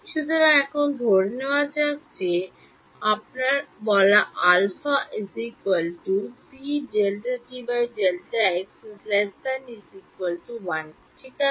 সুতরাং এখন ধরে নেওয়া যাক যে আপনার বলা আলফা ঠিক আছে